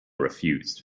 refused